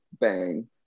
bang